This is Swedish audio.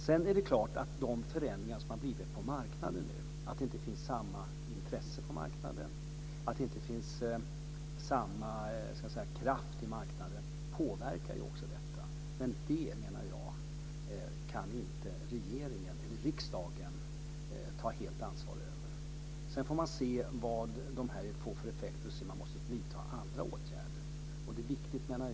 Sedan är det klart att också de förändringar som nu har skett på marknaden, så att det inte finns samma intresse och kraft på marknaden, påverkar det här, men jag menar att regeringen eller riksdagen inte kan ta helt ansvar för detta. Man får se vad det får för effekter och om andra åtgärder måste vidtas.